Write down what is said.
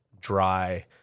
dry